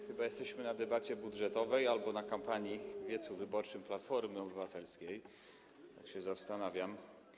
Chyba jesteśmy w trakcie debaty budżetowej albo kampanii, wiecu wyborczego Platformy Obywatelskiej, tak się zastanawiam.